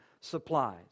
Supplies